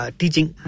teaching